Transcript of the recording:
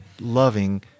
loving